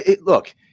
look